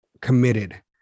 committed